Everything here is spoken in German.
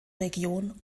region